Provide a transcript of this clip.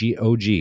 GOG